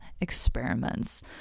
experiments